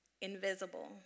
invisible